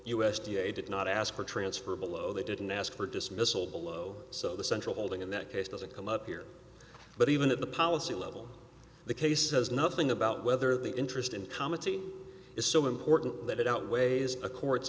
a did not ask for transfer below they didn't ask for dismissal below so the central holding in that case doesn't come up here but even at the policy level the case says nothing about whether the interest in comedy is so important that it outweighs a co